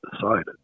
decided